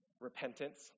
repentance